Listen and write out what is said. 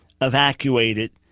evacuated